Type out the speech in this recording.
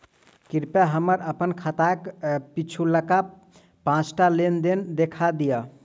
कृपया हमरा हम्मर खाताक पिछुलका पाँचटा लेन देन देखा दियऽ